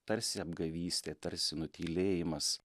tarsi apgavystė tarsi nutylėjimas